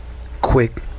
Quick